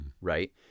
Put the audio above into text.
Right